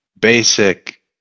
basic